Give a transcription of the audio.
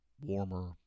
warmer